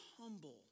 humble